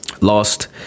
Lost